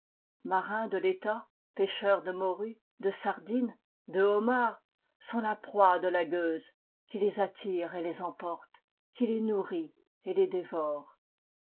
marins de l'etat pêcheurs de morues de sardines de homards sont la proie de la gueuse qui les attire et les emporte qui les nourrit et les dévore